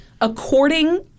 According